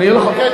אני רוצה לסיים.